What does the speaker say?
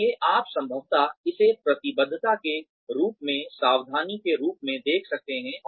इसलिए आप संभवतः इसे प्रतिबद्धता के रूप में सावधानी के रूप में देख सकते हैं